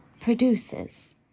produces